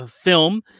film